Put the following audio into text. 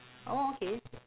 oh okay